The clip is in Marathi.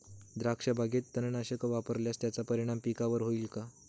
द्राक्षबागेत तणनाशक फवारल्यास त्याचा परिणाम पिकावर होईल का?